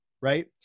right